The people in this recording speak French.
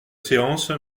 séance